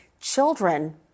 children